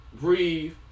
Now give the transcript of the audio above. breathe